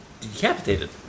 decapitated